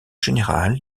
général